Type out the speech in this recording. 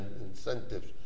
incentives